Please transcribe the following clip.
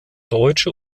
deutsche